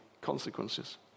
consequences